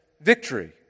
victory